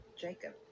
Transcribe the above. Jacob